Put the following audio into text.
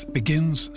begins